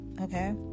Okay